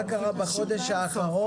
מה קרה בחודש האחרון?